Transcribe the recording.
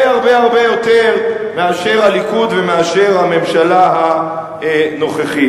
הרבה הרבה יותר מאשר הליכוד ומאשר הממשלה הנוכחית.